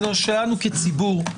שלנו כציבור.